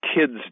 kids